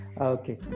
Okay